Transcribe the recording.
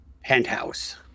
penthouse